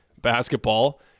basketball